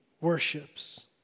worships